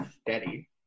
steady